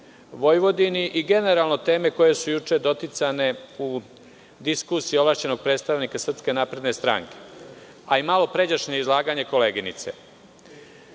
Vojvodini i generalno teme koje su juče doticane u diskusiji ovlašćenog predstavnika Srpske napredne stranke, a i malopređašnje izlaganje koleginice. Da